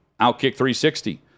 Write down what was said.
OUTKICK360